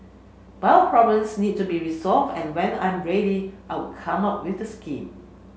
but problems need to be resolved and when I'm ready I'll come out with the scheme